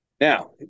Now